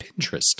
Pinterest